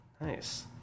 Nice